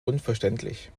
unverständlich